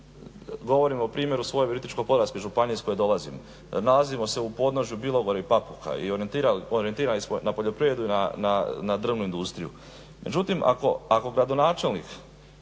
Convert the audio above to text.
govorim o primjeru svoje Virovitičko-podravske županije iz koje dolazim. Nalazimo se u podnožju Bilogore i Papuka i orijentirali smo na poljoprivredu na drvnu industriju. Međutim ako gradonačelnik